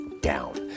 down